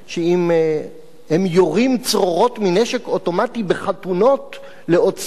הם יורים צרורות מנשק אוטומטי בחתונות לאות שמחה,